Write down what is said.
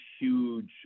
huge